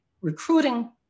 Recruiting